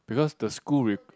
because the school